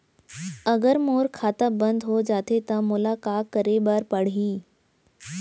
अगर मोर खाता बन्द हो जाथे त मोला का करे बार पड़हि?